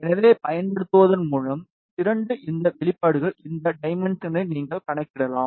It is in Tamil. எனவே பயன்படுத்துவதன் மூலம் 2 இந்த வெளிப்பாடுகள் இந்த டைமென்ஷன்களை நீங்கள் கணக்கிடலாம்